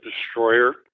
Destroyer